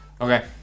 Okay